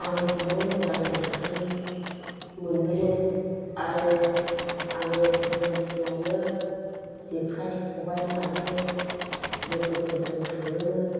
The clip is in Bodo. आं हमो मोजां मोनखायो मोनोमोन आरो आङो फुं फुङावनो जेखाइ खबाइ लानानै लोगोफोरजों थाङोमोन